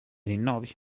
rinnovi